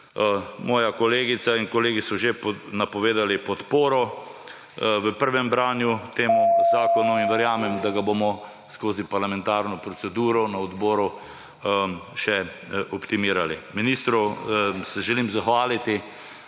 Moja kolegica in kolegi so že napovedali podporo temu zakonu v prvem branju, verjamem, da ga bomo skozi parlamentarno proceduro na odboru še optimirali. Ministru se želim zahvaliti.